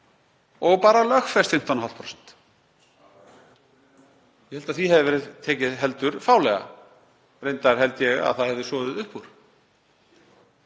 og bara lögfest 15,5%. Ég held að því hefði verið tekið heldur fálega. Reyndar held ég að það hefði soðið upp úr.